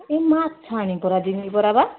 ଏ ମାଛ ଆଣି ପରା ଯିବିପରା ବା